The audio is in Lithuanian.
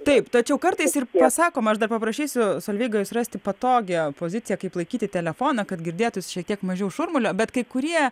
taip tačiau kartais ir pasakoma aš dar paprašysiu solveiga rasti patogią poziciją kaip laikyti telefoną kad girdėtųsi šiek tiek mažiau šurmulio bet kai kurie